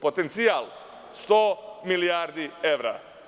Potencijal – 100 milijardi evra.